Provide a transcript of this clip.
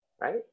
right